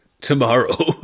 tomorrow